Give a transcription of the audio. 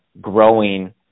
growing